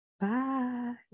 bye